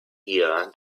year